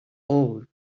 old